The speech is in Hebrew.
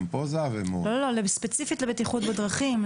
גם פה זה"ב --- לא, ספציפית לבטיחות בדרכים.